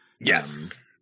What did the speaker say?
Yes